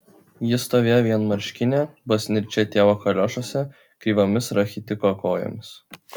ji stovėjo vienmarškinė basnirčia tėvo kaliošuose kreivomis rachitiko kojomis